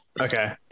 Okay